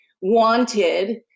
wanted